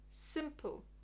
Simple